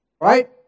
Right